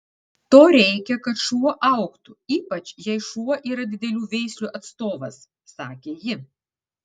to reikia kad šuo augtų ypač jei šuo yra didelių veislių atstovas sakė ji